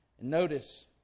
Notice